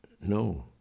No